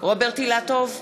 רוברט אילטוב,